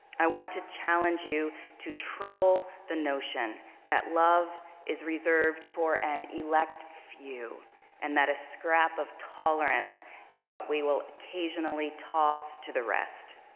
i want to challenge you to trouble the notion that love is reserved for an elect few and that the scrap of tolerance is what we will occasionally toss to the rest.